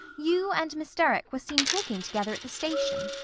you and miss derrick were seen talking together at the station?